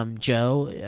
um joe, yeah